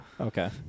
Okay